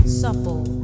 supple